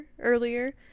earlier